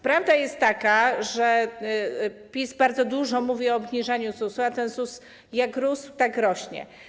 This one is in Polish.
Prawda jest taka, że PiS bardzo dużo mówi o obniżaniu ZUS-u, a ZUS jak rósł, tak rośnie.